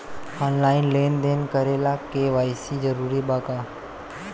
Online लेन देन करे ला के.वाइ.सी जरूरी बा का?